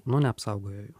nu neapsaugojo jų